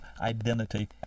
identity